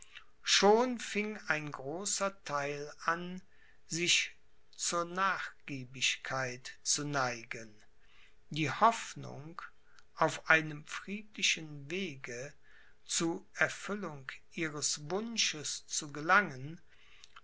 schon fing ein großer theil an sich zur nachgiebigkeit zu neigen die hoffnung auf einem friedlichen wege zu erfüllung ihres wunsches zu gelangen